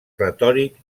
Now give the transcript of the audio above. retòric